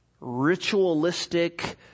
ritualistic